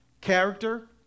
character